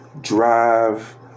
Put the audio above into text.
drive